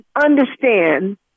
understand